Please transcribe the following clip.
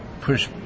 push